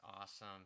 Awesome